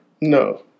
No